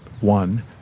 One